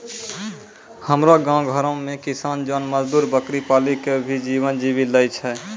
हमरो गांव घरो मॅ किसान जोन मजदुर बकरी पाली कॅ भी जीवन जीवी लॅ छय